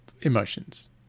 Emotions